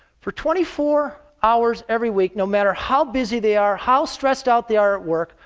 for twenty four hours every week, no matter how busy they are, how stressed out they are at work,